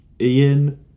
Ian